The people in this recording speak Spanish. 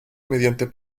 mediante